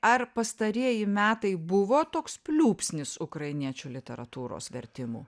ar pastarieji metai buvo toks pliūpsnis ukrainiečių literatūros vertimų